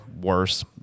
worse